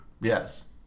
Yes